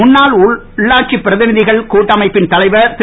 முன்னாள் உள்ளாட்சி பிரதிநிதிகள் கூட்டமைப்பின் தலைவர் திரு